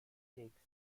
stakes